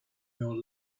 your